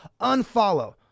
unfollow